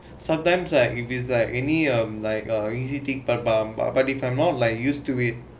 sometimes like if it's like any like a visiting part time but but if I'm more like used to it